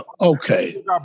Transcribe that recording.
Okay